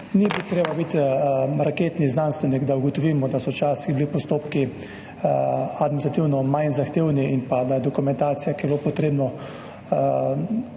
Ni treba biti raketni znanstvenik, da ugotovimo, da so včasih bili postopki administrativno manj zahtevni in da je dokumentacija, ki jo je bilo potrebno